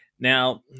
now